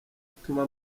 ituma